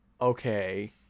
okay